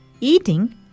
eating